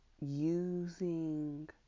using